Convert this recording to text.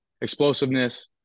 explosiveness